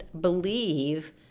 believe